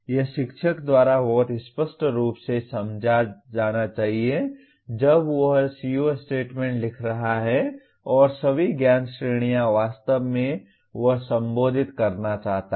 यह शिक्षक द्वारा बहुत स्पष्ट रूप से समझा जाना चाहिए जब वह CO स्टेटमेंट लिख रहा है और सभी ज्ञान श्रेणियां वास्तव में वह संबोधित करना चाहता है